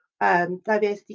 Diversity